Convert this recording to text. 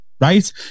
Right